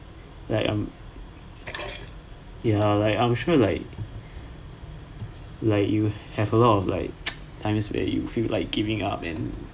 like I'm ya like I'm sure like like you have a lot of like times where you feel like giving up and